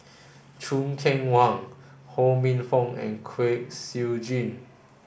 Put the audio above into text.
Choo Keng Kwang Ho Minfong and Kwek Siew Jin